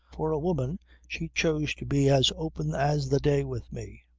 for a woman she chose to be as open as the day with me.